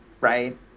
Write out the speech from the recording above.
right